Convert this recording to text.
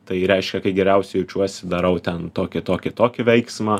tai reiškia kai geriausiai jaučiuosi darau ten tokį tokį tokį veiksmą